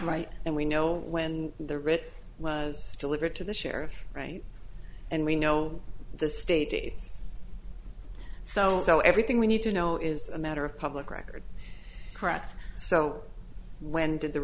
right and we know when the writ was delivered to the sheriff right and we know the state so so everything we need to know is a matter of public record correct so when did the